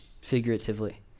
Figuratively